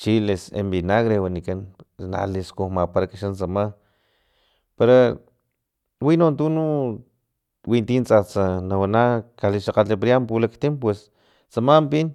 chiles envinagre wanikan pus na liskujmaparak xa tsama para wino tu winti tsatsa nawana kalixakgat pulaktin pues tsama pin.